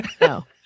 no